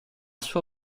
sua